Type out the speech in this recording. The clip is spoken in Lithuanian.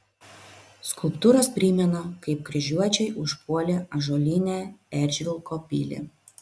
skulptūros primena kaip kryžiuočiai užpuolė ąžuolinę eržvilko pilį